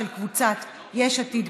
של קבוצת יש עתיד,